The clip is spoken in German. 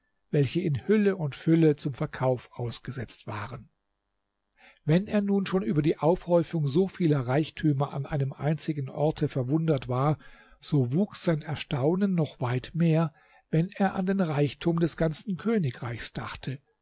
welche in hülle und fülle zum verkauf ausgesetzt waren wenn er nun schon über die aufhäufung so vieler reichtümer an einem einzigen orte verwundert war so wuchs sein erstaunen noch weit mehr wenn er an den reichtum des ganzen königreichs dachte